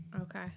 Okay